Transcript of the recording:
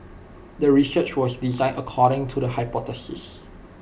the research was design according to the hypothesis